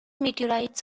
meteorites